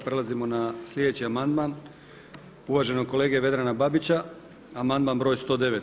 Prelazimo na sljedeći amandman uvaženog kolege Vedrana Babića, amandman broj 109.